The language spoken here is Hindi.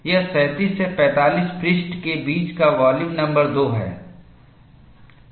यह 37 से 45 पृष्ठ के बीच का वॉल्यूम नंबर 2 है